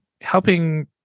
helping